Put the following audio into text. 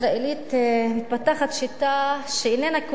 הישראלית מתפתחת שיטה שאיננה כוללת את